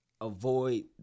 avoid